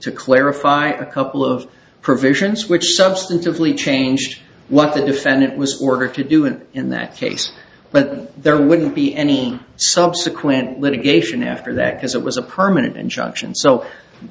to clarify a couple of provisions which substantively change what the defendant was ordered to do and in that case but there wouldn't be any subsequent litigation after that because it was a permanent injunction so